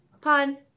pun